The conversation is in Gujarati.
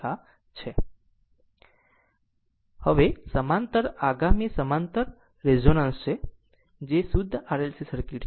આમ હવે સમાંતર આગામી સમાંતર રેઝોનન્સ છે જે શુદ્ધ RLC સર્કિટ છે